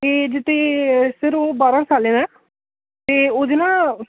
ते सर ओह् बारहें सालें दा ऐ ते ओह्दे ना